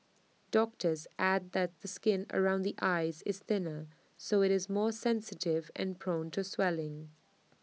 doctors add that the skin around the eyes is thinner so IT is more sensitive and prone to swelling